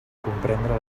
comprendre